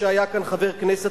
שהיה כאן חבר כנסת,